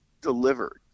delivered